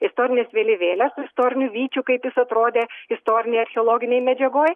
istorines vėliavėles su istoriniu vyčiu kaip jis atrodė istorinėj archeologinėj medžiagoj